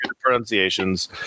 pronunciations